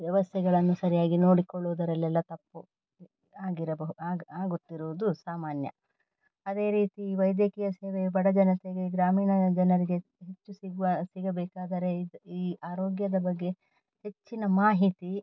ವ್ಯವಸ್ಥೆಗಳನ್ನು ಸರಿಯಾಗಿ ನೋಡಿಕೊಳ್ಳುವುದರಲ್ಲೆಲ್ಲ ತಪ್ಪು ಆಗಿರಬಹುದು ಆಗುತ್ತಿರುವುದು ಸಾಮಾನ್ಯ ಅದೇ ರೀತಿ ವೈದ್ಯಕೀಯ ಸೇವೆ ಬಡ ಜನತೆಗೆ ಗ್ರಾಮೀಣ ಜನರಿಗೆ ಹೆಚ್ಚು ಸಿಗುವ ಸಿಗಬೇಕಾದರೆ ಈ ಈ ಆರೋಗ್ಯದ ಬಗ್ಗೆ ಹೆಚ್ಚಿನ ಮಾಹಿತಿ